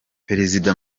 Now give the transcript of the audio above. perezida